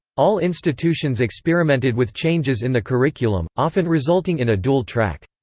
all institutions experimented with changes in the curriculum, often resulting in a dual-track.